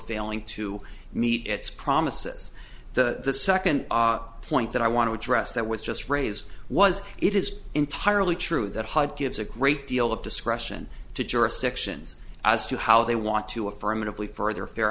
failing to meet its promises the second point that i want to address that was just raised was it is entirely true that hud gives a great deal of discretion to jurisdictions as to how they want to affirmatively further fair